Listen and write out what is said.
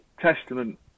testament